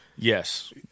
Yes